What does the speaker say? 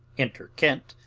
enter kent,